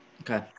Okay